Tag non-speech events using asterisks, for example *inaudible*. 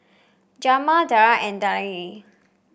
Jermain Darl and *unintelligible*